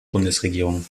bundesregierung